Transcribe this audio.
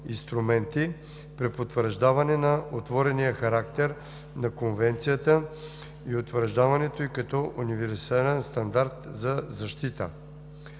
инструменти, препотвърждаване на отворения характер на Конвенцията и утвърждаването ѝ като универсален стандарт за защита.